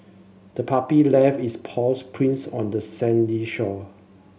the puppy left its paws prints on the sandy shore